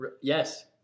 Yes